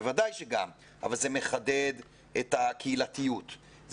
ובנוסף זה גם מחדד את הקהילתיות,